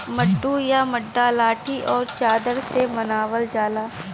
मड्डू या मड्डा लाठी आउर चादर से बनावल जाला